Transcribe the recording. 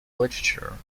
literature